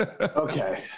Okay